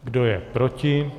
Kdo je proti?